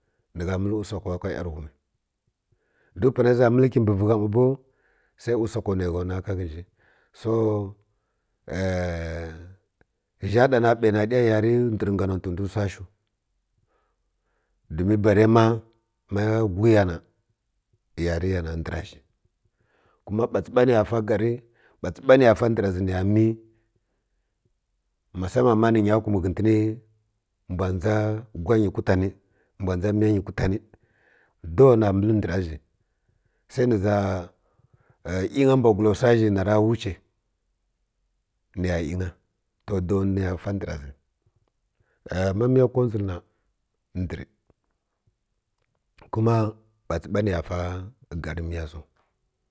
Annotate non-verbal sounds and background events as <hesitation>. Nə gha məl usakowa ka yarighuma duk panu rə ʒa məl kibi ri gha ma bow sai usako nə gha nwa ka ghə nji so <hesitation> zha ɗu na bə na ɗiya yarij ndər ngu hantə ndw dumin bulə ma ma guri ya na yuri ya na ndərau zhi kuna bats ba nəya fa gar bats ba nə fa ndər zi nə ya mi masaman ma nə nya kun ghətən mbw dʒa gura ngo gutan mbw dʒamiu nyi gutan dow na məl ndəra zhi su nə za inya mbwyulo wsa zhi na ru wuce nə inya to do ni ya ya mbərazi <hesitation> ma miya kodʒil na ndəri kuma bats ba nə ya gar miya ziw.